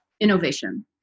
innovation